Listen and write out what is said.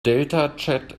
deltachat